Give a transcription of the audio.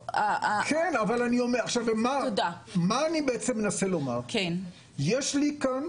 כן, אבל מה אני בעצם מנסה לומר, יש לי כאן